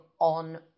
on